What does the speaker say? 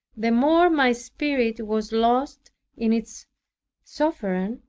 the more my spirit was lost in its sovereign,